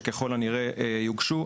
שככל הנראה יוגשו,